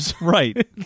Right